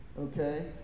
Okay